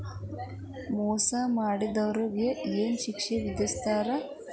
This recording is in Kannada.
ಮೋಸಾ ಮಾಡಿದವ್ಗ ಏನ್ ಶಿಕ್ಷೆ ವಿಧಸ್ತಾರ?